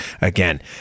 again